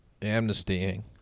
amnestying